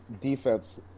defense